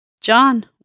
John